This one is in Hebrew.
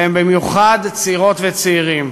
והם במיוחד צעירות וצעירים.